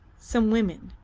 some women.